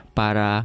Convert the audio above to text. para